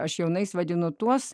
aš jaunais vadinu tuos